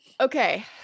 okay